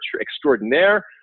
extraordinaire